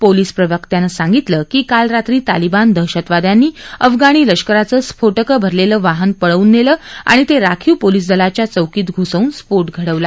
police प्रवक्त्यानं सांगितलं की काल रात्री तालिबान दहशतवाद्यांनी अफगाणी लष्कराचं स्फोटकं भरलेलं वाहन पळवून नेलं आणि ते राखीव पोलीस दलाच्या चौकीत घुसवून स्फोट घडवला